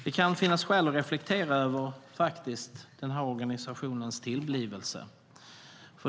Det kan finnas skäl att reflektera över organisationens tillblivelse.